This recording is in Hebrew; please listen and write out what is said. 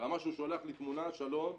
ברמה שהוא שולח לי תמונה 'שלום,